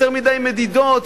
יותר מדי מדידות,